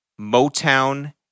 Motown